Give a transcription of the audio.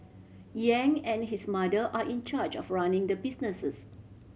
Yang and his mother are in charge of running the businesses